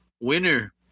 Winner